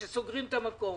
שסוגרים את המקום.